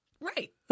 right